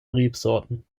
rebsorten